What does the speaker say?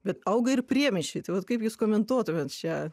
bet auga ir priemiesčiai tai vat kaip jūs komentuotumėt šią